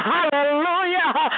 Hallelujah